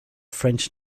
french